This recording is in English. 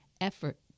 effort